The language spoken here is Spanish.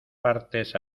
partes